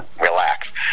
relax